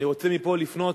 ואני רוצה מפה לפנות